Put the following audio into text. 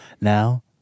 Now